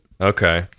Okay